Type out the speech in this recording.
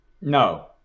No